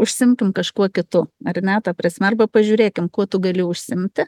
užsiimkim kažkuo kitu ar ne ta prasme arba pažiūrėkim kuo tu gali užsiimti